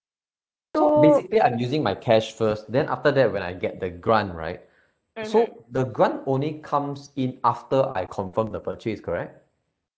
basically I'm using my cash first then after that when I get the grant right so the grant only comes in after I confirm the purchase correct